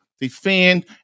defend